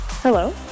Hello